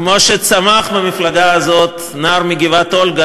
כמו שצמח במפלגה הזאת נער מגבעת-אולגה